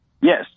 Yes